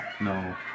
No